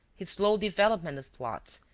his slow development of plots,